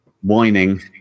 whining